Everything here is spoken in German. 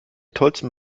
tollsten